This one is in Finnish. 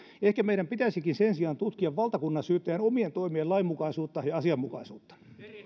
ehkä meidän pitäisikin sen sijaan tutkia valtakunnansyyttäjän omien toimien lainmukaisuutta ja asianmukaisuutta